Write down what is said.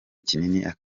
kinini